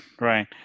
right